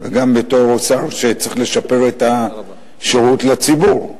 וגם כשר שצריך לשפר את השירות לציבור.